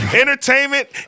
entertainment